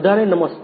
બધાને નમસ્તે